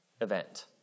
event